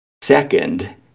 Second